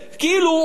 כאילו הוא אומר,